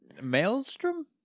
Maelstrom